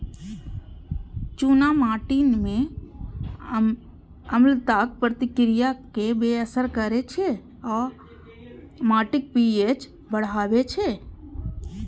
चूना माटि मे अम्लताक प्रतिक्रिया कें बेअसर करै छै आ माटिक पी.एच बढ़बै छै